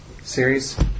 series